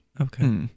Okay